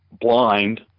blind